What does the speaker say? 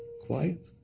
quiet.